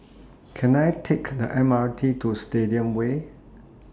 Can I Take M R T to Stadium Way